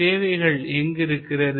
சேவைகள் எங்கு இருக்கிறது